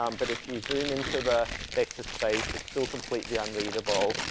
um but if you zoom into the vector space it's still completely unreadable.